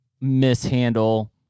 mishandle